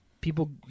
People